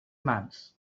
mans